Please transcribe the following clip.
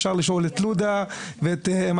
אפשר לשאול את לודה ואת שפיגלר,